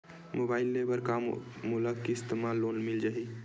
Mobile ले बर का मोला किस्त मा लोन मिल जाही?